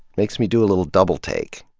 makes me do a little double take.